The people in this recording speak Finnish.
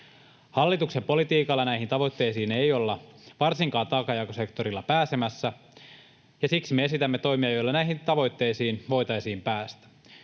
Hallituksen politiikalla näihin tavoitteisiin ei olla varsinkaan taakanjakosektorilla pääsemässä, ja siksi me esitämme toimia, joilla näihin tavoitteisiin voitaisiin päästä.